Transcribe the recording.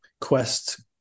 Quest